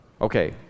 Okay